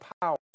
power